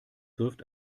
wirft